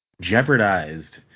jeopardized